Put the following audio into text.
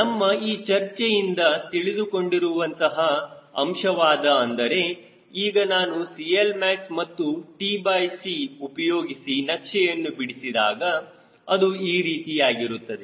ನಮ್ಮ ಈ ಚರ್ಚೆಯಿಂದ ತಿಳಿದುಕೊಂಡಿರುವ ಅಂತಹ ಅಂಶವಾದ ಅಂದರೆ ಈಗ ನಾನು CLmax ಮತ್ತು tc ಉಪಯೋಗಿಸಿ ನಕ್ಷೆಯನ್ನು ಬಿಡಿಸಿದಾಗ ಅದು ಈ ರೀತಿಯಾಗಿರುತ್ತದೆ